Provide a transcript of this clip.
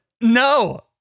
No